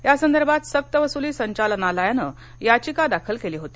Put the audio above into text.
यासंदर्भात सक्तवसुली संचालनालयानं याचिका दाखल केली होती